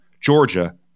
Georgia